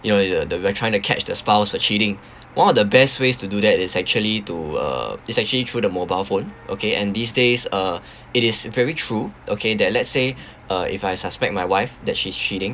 you know they're they're trying to catch the spouse for cheating one of the best ways to do that is actually to uh it's actually through the mobile phone okay and these days uh it is very true okay that let's say uh if I suspect my wife that she's cheating